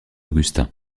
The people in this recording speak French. augustin